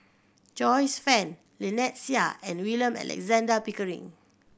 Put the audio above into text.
Joyce Fan Lynnette Seah and William Alexander Pickering